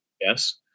yes